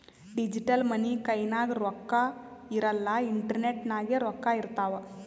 digital money ಕೈನಾಗ್ ರೊಕ್ಕಾ ಇರಲ್ಲ ಇಂಟರ್ನೆಟ್ ನಾಗೆ ರೊಕ್ಕಾ ಇರ್ತಾವ್